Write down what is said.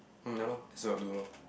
um ya lor that's what I'll do lor